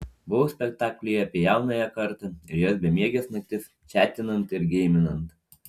buvau spektaklyje apie jaunąją kartą ir jos bemieges naktis čatinant ir geiminant